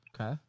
Okay